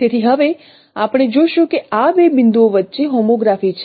તેથી હવે આપણે જોશું કે આ બે બિંદુઓ વચ્ચે હોમોગ્રાફી છે